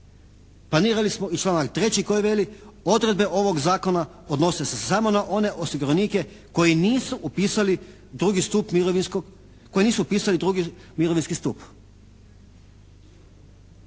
Planirali smo i članak 3. koji veli: odredbe ovog zakona odnose se samo na one osiguranike koji nisu upisali drugi stup